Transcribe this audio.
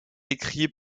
écrit